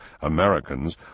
Americans